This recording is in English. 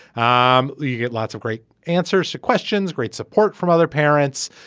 um you get lots of great answers to questions great support from other parents.